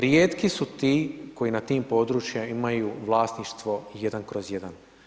Rijetki su ti koji na tim područjima imaju vlasništvo 1/1.